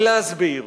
להסביר,